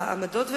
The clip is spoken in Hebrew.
בהתמוטטות,